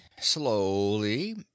slowly—